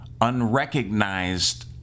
unrecognized